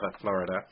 Florida